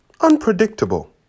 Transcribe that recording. unpredictable